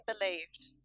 believed